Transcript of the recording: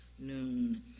noon